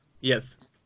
Yes